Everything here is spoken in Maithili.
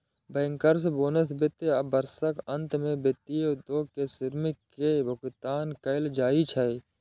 बैंकर्स बोनस वित्त वर्षक अंत मे वित्तीय उद्योग के श्रमिक कें भुगतान कैल जाइ छै